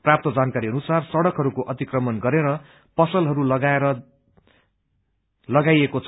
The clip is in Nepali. प्राप्त जानकारी अनुसार सड़कहरूको अतिक्रमण गरेर पसलहरू लगाइन्दैछ